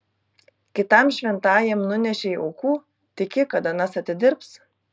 kitam šventajam nunešei aukų tiki kad anas atidirbs